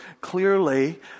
clearly